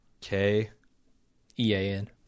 K-E-A-N